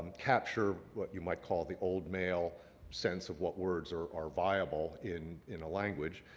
capture what you might call the old male sense of what words are are viable in in a language.